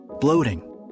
bloating